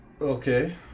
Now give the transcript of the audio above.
Okay